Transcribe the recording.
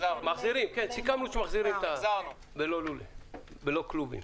מכסה ארצית